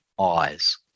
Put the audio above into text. Eyes